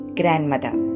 grandmother